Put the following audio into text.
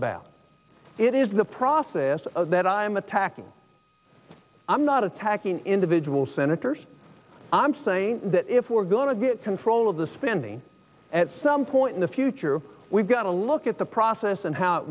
about it is the process that i am attacking i'm not attacking individual senators i'm saying that if we're going to get control of the spending at some point in the future we've got to look at the process and how it